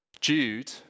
Jude